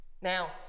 Now